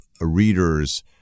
readers